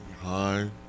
Hi